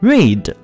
Read